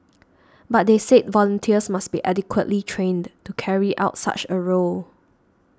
but they said volunteers must be adequately trained to carry out such a role